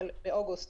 באוגוסט,